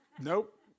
Nope